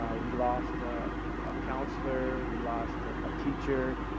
um we lost a counselor, we lost a teacher,